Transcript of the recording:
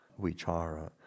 vichara